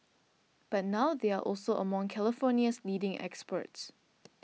but now they are also among California's leading exports